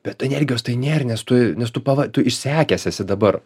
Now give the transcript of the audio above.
bet energijos tai nėr nes tu nes tu pava tu išsekęs esi dabar